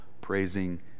praising